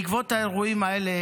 בעקבות האירועים האלה,